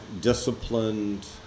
disciplined